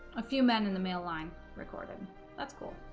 a few men in the male line recording that's cool